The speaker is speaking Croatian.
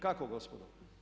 Kako gospodo?